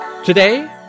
Today